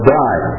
die